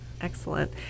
Excellent